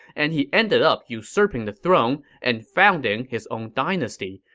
and he ended up usurping the throne and founding his own dynasty,